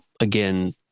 again